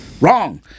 wrong